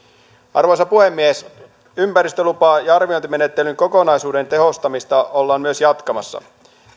arvoisa puhemies ympäristölupaa ja arviointimenettelyn kokonaisuuden tehostamista ollaan myös jatkamassa